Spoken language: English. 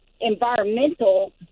environmental